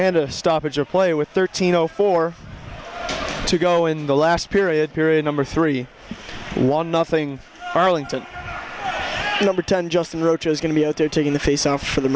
and a stoppage of play with thirteen zero four to go in the last period period number three one nothing arlington number ten justin roach is going to be out there taking the face off for the